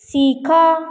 ଶିଖ